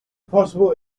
possible